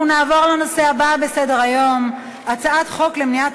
אנחנו נעבור לנושא הבא בסדר-היום: הצעת חוק למניעת